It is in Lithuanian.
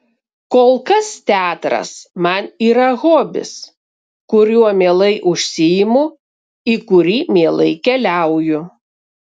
kol kas teatras man yra hobis kuriuo mielai užsiimu į kurį mielai keliauju